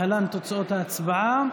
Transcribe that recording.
תודה,